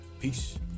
Peace